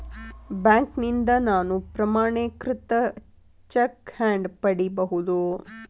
ಬ್ಯಾಂಕ್ನಿಂದ ನಾನು ಪ್ರಮಾಣೇಕೃತ ಚೆಕ್ ಹ್ಯಾಂಗ್ ಪಡಿಬಹುದು?